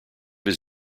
his